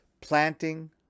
Planting